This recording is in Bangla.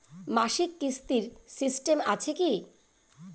মাসিক কিস্তির সিস্টেম আছে কি?